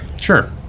sure